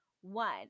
one